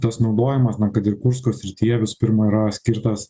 tas naudojimas na kad ir kursko srityje visų pirma yra skirtas